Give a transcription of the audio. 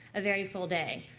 ah very full day.